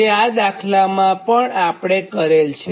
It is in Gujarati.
જે આ દાખલામાં પણ આપણે કરેલ છે